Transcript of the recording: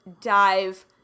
dive